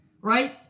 right